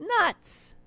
Nuts